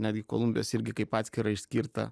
netgi kolumbijos irgi kaip atskira išskirta